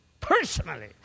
personally